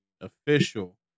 official